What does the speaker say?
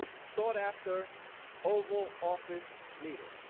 sought after oval office meeting.